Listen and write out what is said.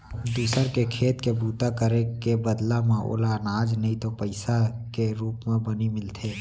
दूसर के खेत के बूता करे के बदला म ओला अनाज नइ तो पइसा के रूप म बनी मिलथे